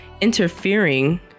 interfering